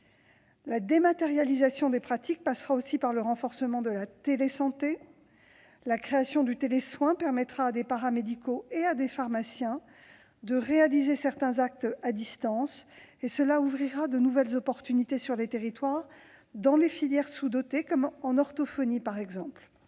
La dématérialisation des pratiques passera aussi par le renforcement de la télésanté. La création du télésoin permettra à des paramédicaux et à des pharmaciens de réaliser certains actes à distance, et cela ouvrira de nouvelles opportunités sur les territoires, dans des filières sous-dotées comme en orthophonie.